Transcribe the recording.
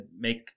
make